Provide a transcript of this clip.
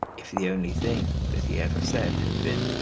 if the only thing that he ever said had been,